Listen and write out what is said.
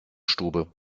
stube